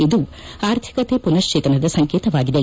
ಇದು ಆರ್ಥಿಕತೆ ಮನಶ್ವೇತನದ ಸಂಕೇತವಾಗಿದೆ